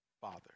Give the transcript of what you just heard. Father